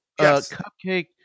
cupcake